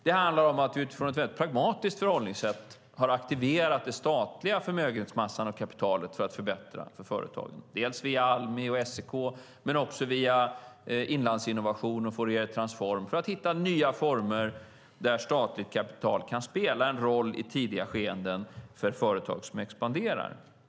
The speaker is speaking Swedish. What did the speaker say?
Det handlar om att vi utifrån ett mycket pragmatiskt förhållningssätt har aktiverat statens förmögenhetsmassa och kapital för att förbättra för företagen, dels via Almi och SEK, dels via Inlandsinnovation och Fouriertransform, för att hitta nya former där statligt kapital kan spela en roll i tidiga skeenden för ett företag som expanderar.